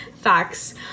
facts